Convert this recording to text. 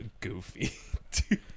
goofy